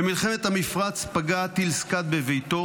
במלחמת המפרץ פגע טיל סקאד בביתו.